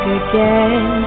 again